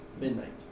midnight